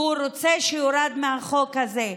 והוא רוצה שיורד מהחוק הזה.